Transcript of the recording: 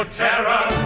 terror